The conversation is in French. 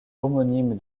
homonyme